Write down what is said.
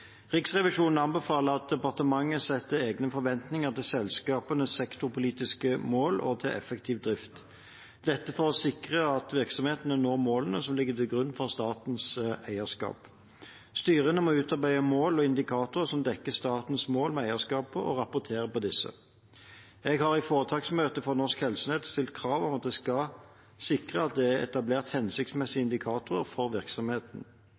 Riksrevisjonen anbefaler at departementet setter egne forventninger til selskapenes sektorpolitiske mål og til effektiv drift, dette for å sikre at virksomhetene når målene som ligger til grunn for statens eierskap. Styrene må utarbeide mål og indikatorer som dekker statens mål med eierskapet, og rapportere om disse. Jeg har i foretaksmøtet for Norsk Helsenett stilt krav om at de skal sikre at det er etablert hensiktsmessige indikatorer for virksomheten.